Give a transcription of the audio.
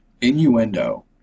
Innuendo